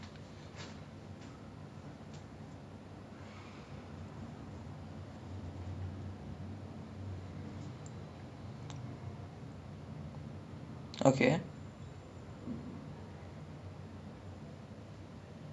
even though I'm supposed to be the front line of the entire camp because like I I was in a battalion before that required me to like know every individual inside each camp in my particular region the S_S_B won't provide any information about themselves to me and I can't ask them also